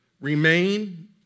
Remain